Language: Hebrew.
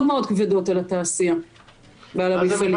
מאוד כבדות על התעשייה ועל המפעלים.